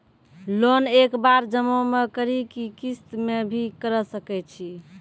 Loan एक बार जमा म करि कि किस्त मे भी करऽ सके छि?